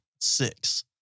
six